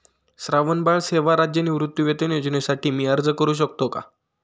श्रावणबाळ सेवा राज्य निवृत्तीवेतन योजनेसाठी मी अर्ज करू शकतो का?